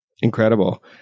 Incredible